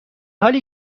حالی